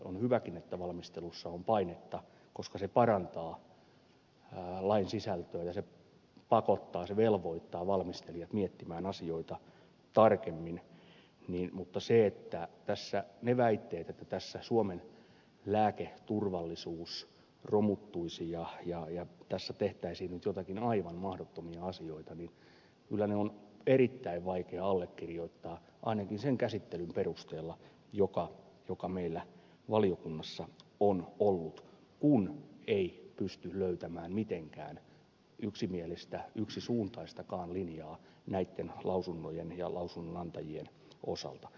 on hyväkin että valmistelussa on painetta koska se parantaa lain sisältöä ja se pakottaa se velvoittaa valmistelijat miettimään asioita tarkemmin mutta ne väitteet että tässä suomen lääketurvallisuus romuttuisi ja tässä tehtäisiin nyt jotakin aivan mahdottomia asioita niin kyllä ne on erittäin vaikea allekirjoittaa ainakin sen käsittelyn perusteella joka meillä valiokunnassa on ollut kun ei pysty löytämään mitenkään yksimielistä yksisuuntaistakaan linjaa näitten lausuntojen ja lausunnonantajien osalta